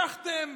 לקחתם